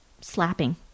slapping